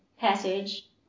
passage